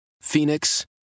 Phoenix